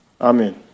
Amen